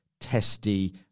testy